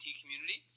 community